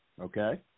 okay